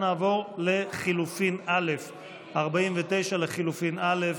נעבור ל-49 לחלופין א'.